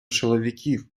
чоловіків